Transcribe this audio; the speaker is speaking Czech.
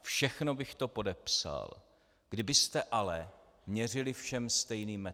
Všechno bych to podepsal, kdybyste ale měřili všem stejným metrem.